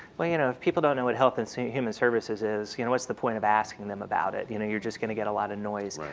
well, you know, if people don't know what health and so human services is you know what's the point of asking them about it? you know you're just gonna get a lot of noise.